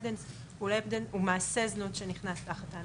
דאנס" הוא מעשה זנות שנכנס תחת ההנחיה.